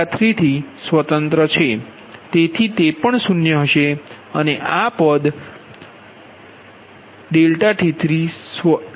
થી સ્વતંત્ર છે તેથી તે 0 હશે અને આ પદ V2V4Y4cos24 24 3